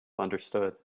understood